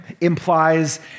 implies